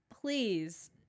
please